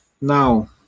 now